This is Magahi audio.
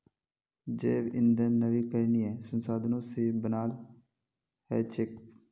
जैव ईंधन नवीकरणीय संसाधनों से बनाल हचेक